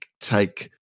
take